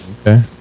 okay